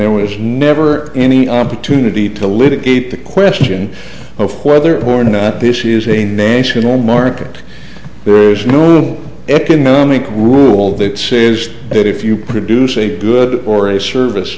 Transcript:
there was never any opportunity to litigate the question of whether or not this is a nation or market there is no room economic rule that says that if you produce a good or a service